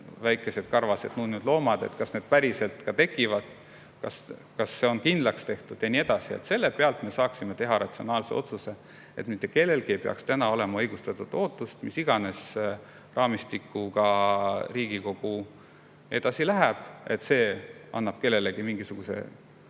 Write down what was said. väikesed karvased nunnud loomad –, et see päriselt ka tekib, kas see on kindlaks tehtud ja nii edasi. Selle pealt me saaksime teha ratsionaalse otsuse. Mitte kellelgi ei peaks täna olema sellist ootust. Mis iganes raamistikuga Riigikogu edasi läheb, see [ei] anna kellelegi mingisugust